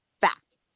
fact